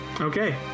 Okay